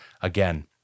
again